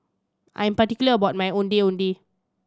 I'm particular about my Ondeh Ondeh